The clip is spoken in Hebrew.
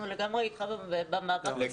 אנחנו לגמרי אתך במאבק הזה.